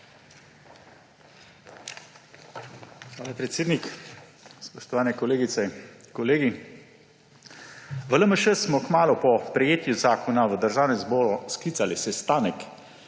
predsednik, spoštovane kolegice, kolegi. V LMŠ smo kmalu po prejetju zakona v Državnem zboru sklicali sestanek,